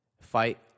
Fight